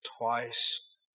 twice